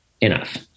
enough